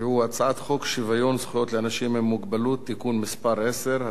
והוא הצעת חוק שוויון זכויות לאנשים עם מוגבלות (תיקון מס' 10),